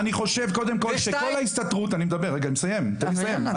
רגע, אני מסיים, תן לי לסיים.